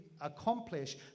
accomplish